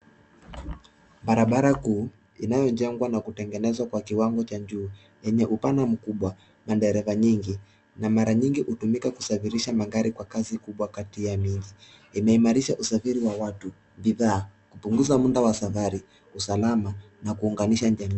Barabara kuu inayojengwa na kutengenezwa kwa kiwango cha juu yenye upana mkubwa na daraja nyingi na mara mingi hutumika kusafirisha magari kwa kasi kubwa kati ya miji. Imeimarisha usafiri wa watu, bidhaa, kupunguza muda wa safari, usalama na kuunganisha jamii.